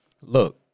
look